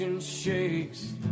shakes